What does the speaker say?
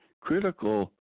critical